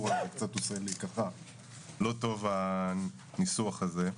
כי זה קצת עושה לי ככה לא טוב הניסוח הזה.